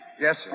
Yes